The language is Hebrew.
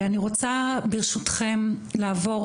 אני רוצה ברשותכם לעבור,